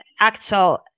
actual